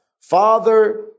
Father